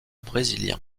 brésiliens